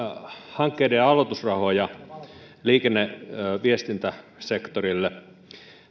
hankkeiden aloitusrahoja liikenne ja viestintäsektorille